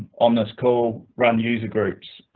on the school run user groups.